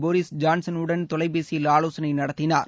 Boris ஜான்சனுடன் தொலைபேசியில் ஆவோசனை நடத்தினார்